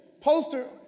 poster